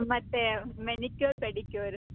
ಮತ್ತೆ manicure pedicure